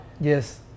Yes